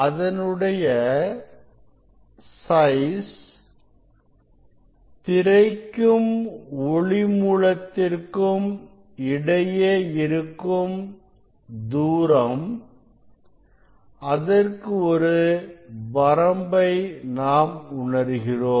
அதனுடைய சைஸ் திரைக்கும் ஒளி மூலத்திற்கும் இடையே இருக்கும் தூரம் அதற்கு ஒரு வரம்பை நாம் உணருகிறோம்